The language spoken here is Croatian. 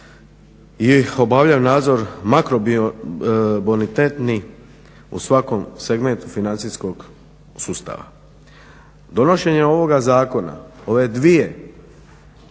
i obavljaju nadzor makrobonitetni u svakom segmentu financijskog sustava. Donošenjem ovog zakona, ove dvije